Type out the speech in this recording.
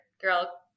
girl